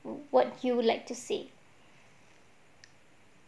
what you would like to say